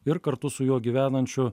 ir kartu su juo gyvenančių